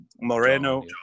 Moreno